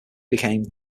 became